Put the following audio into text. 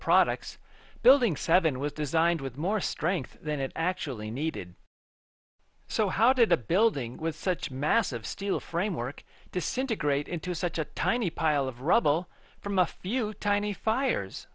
products building seven was designed with more strength than it actually needed so how did a building with such massive steel framework disintegrate into such a tiny pile of rubble from a few tiny fires